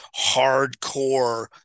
hardcore